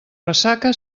ressaca